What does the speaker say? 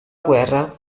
guerra